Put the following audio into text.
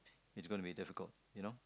it's gonna be difficult you know